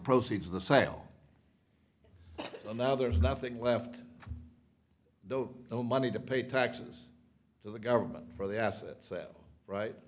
proceeds of the sale and now there's nothing left though no money to pay taxes to the government for the asset sale right